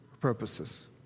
purposes